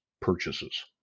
purchases